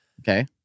Okay